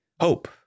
hope